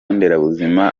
nderabuzima